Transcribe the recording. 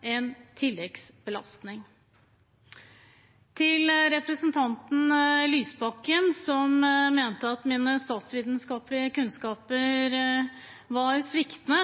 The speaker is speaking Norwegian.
en tilleggsbelastning. Til representanten Lysbakken, som mente at mine statsvitenskapelige kunnskaper var sviktende,